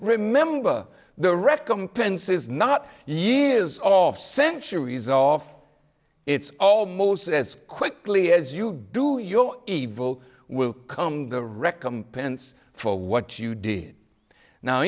remember the recompense is not years of centuries off it's almost as quickly as you do your evil will come the recompense for what you did now